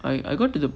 I I got to the